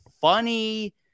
funny